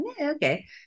okay